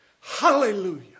Hallelujah